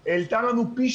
זה גם יופיע